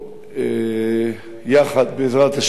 יחד, בעזרת השם,